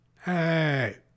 Hey